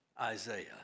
Isaiah